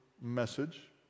message